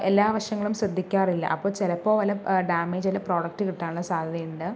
എല്ലാ വശങ്ങളും ശ്രദ്ധിക്കാറില്ല അപ്പോൾ ചിലപ്പോൾ വല്ല ഡാമേജ് ഉള്ള പ്രോഡക്റ്റ് കിട്ടാനുള്ള സാധ്യതയുണ്ട്